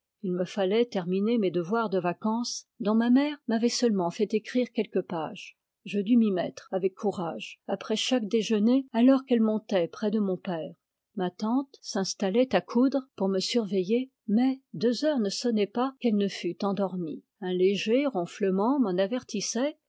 il me fallait terminer mes devoirs de vacances dont ma mère m'avait seulement fait écrire quelques pages je dus m'y mettre avec courage après chaque déjeuner alors qu'elle montait près de mon père ma tante s'installait à coudre pour me surveiller mais deux heures ne sonnaient pas qu'elle ne fût endormie un léger ronflement m'en avertissait